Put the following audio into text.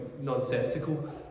nonsensical